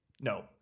no